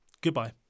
goodbye